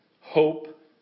hope